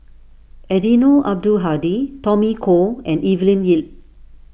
Eddino Abdul Hadi Tommy Koh and Evelyn Lip